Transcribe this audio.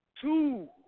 Two